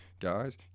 guys